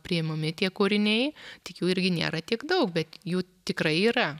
priimami tie kūriniai tik jų irgi nėra tiek daug bet jų tikrai yra